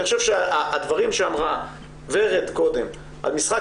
אני חושב שהדברים שאמרה ורד קודם על משחק